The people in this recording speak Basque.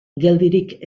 geldirik